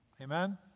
Amen